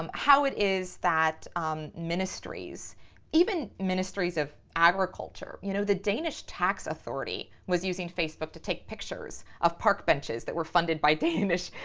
um how it is that ministries even ministries of agriculture you know, the danish tax authority was using facebook to take pictures of park benches that were funded by danish,